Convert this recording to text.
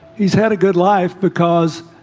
he's had a good life because